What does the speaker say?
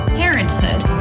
parenthood